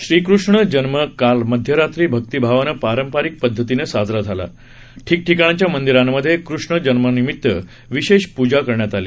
श्रीकृष्ण जन्म काल मध्यरात्री भक्तीभावानं पारंपारिक पदधतीनं साजरा झाला ठिकठिकाणच्या मंदिरांमध्ये कृष्णजन्मानिमित्तानं विशेष पूजा करण्यात आली